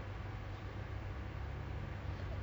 I'm a very small person